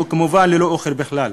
וכמובן ללא אוכל כלל,